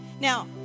Now